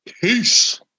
Peace